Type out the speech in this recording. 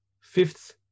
fifth